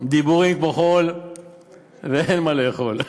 דיבורים כמו חול ואין מה לאכול.